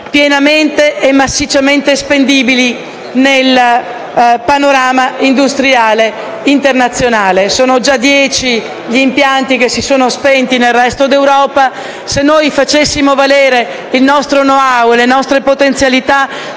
pienamente e massicciamente spendibili nel panorama industriale internazionale. Sono già 10 gli impianti che si sono spenti nel resto d'Europa. Se facessimo valere il nostro *know how* e le nostre potenzialità,